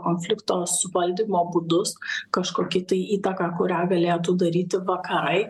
konflikto suvaldymo būdus kažkokią tai įtaką kurią galėtų daryti vakarai